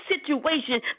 situation